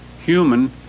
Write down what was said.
human